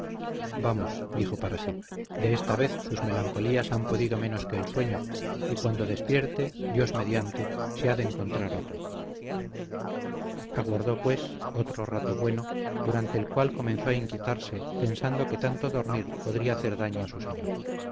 vamos dijo para sí de esta vez sus melancolías han podido menos que el sueño y cuando despierte dios mediante se ha de encontrar otro aguardó pues otro rato bueno durante el cual comenzó a inquietarse pensando que tanto dormir podría hacer daño a su señor